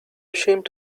ashamed